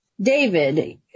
David